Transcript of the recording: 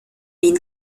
been